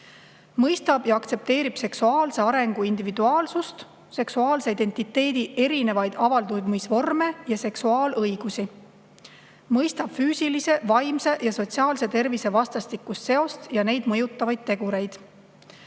mõistab ja aktsepteerib seksuaalse arengu individuaalsust, seksuaalse identiteedi erinevaid avaldumisvorme ja seksuaalõigusi, mõistab füüsilise, vaimse ja sotsiaalse tervise vastastikust seost ja neid mõjutavaid tegureid,